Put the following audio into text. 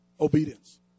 Obedience